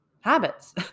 habits